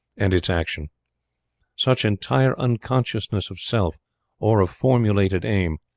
and its action such entire unconsciousness of self or of formulated aim,